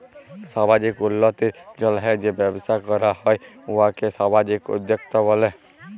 সামাজিক উল্লতির জ্যনহে যে ব্যবসা ক্যরা হ্যয় উয়াকে সামাজিক উদ্যোক্তা ব্যলে